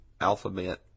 alphabet